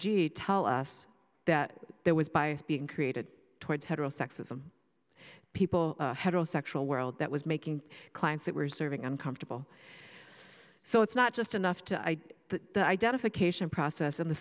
g tell us that there was bias being created towards heterosexism people heterosexual world that was making clients that were serving uncomfortable so it's not just enough to id that identification process in the